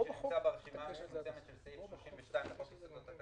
למעט מי שנמצא ברשימה המצומצמת שבסעיף 32 לחוק יסודות התקציב.